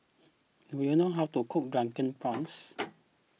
do you know how to cook Drunken Prawns